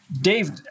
Dave